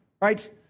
right